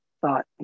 thought